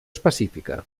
específica